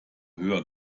höher